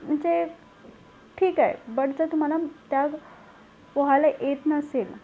जे ठीक आहे बट जर तुम्हाला त्या पोहायला येत नसेल